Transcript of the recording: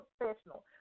professional